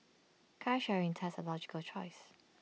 car sharing thus A logical choice